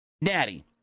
Natty